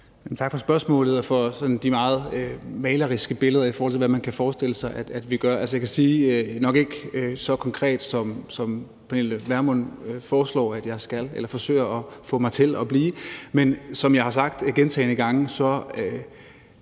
Tak for spørgsmålet og for de sådan meget maleriske billeder, i forhold til hvad man kan forestille sig at vi gør. Altså, jeg kan sige – nok ikke så konkret, som fru Pernille Vermund foreslår at jeg skal være eller forsøger at få mig til at blive – som jeg har sagt gentagne gange, at